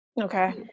Okay